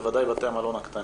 בוודאי בתי המלון הקטנים,